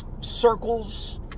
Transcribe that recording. circles